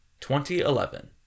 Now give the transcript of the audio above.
2011